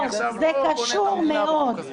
זה קשור מאוד.